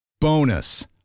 Bonus